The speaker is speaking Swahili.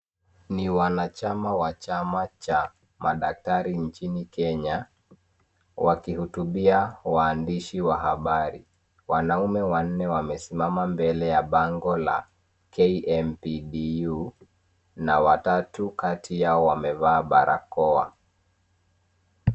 Ni wanachama wa chama cha madaktari nchini Kenya, wakihutubia waandishi wa habari. Wanaume wanne wamesimama mbele ya bango la KMPDU, na watatu kati yao wamevaa barakoa.